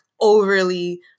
overly